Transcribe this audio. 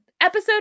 episode